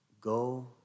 go